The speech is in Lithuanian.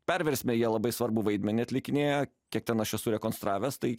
perversme jie labai svarbų vaidmenį atlikinėjo kiek ten aš esu rekonstravęs tai